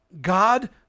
God